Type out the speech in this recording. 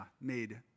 made